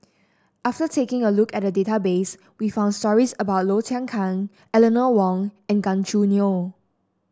after taking a look at the database we found stories about Low Thia Khiang Eleanor Wong and Gan Choo Neo